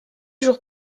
jours